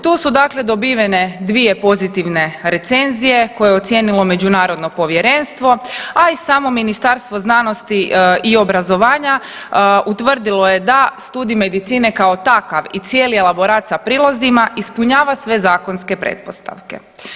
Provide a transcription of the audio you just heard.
Tu su dakle dobivene 2 pozitivne recenzije koje je ocijenilo međunarodno povjerenstvo, a i samo Ministarstvo znanosti i obrazovanja utvrdilo je da studij medicine kao takav i cijeli elaborat sa prilozima ispunjava sve zakonske pretpostavka.